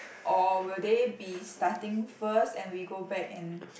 or will they be starting first and we go back and